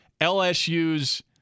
LSU's